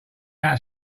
out